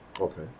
Okay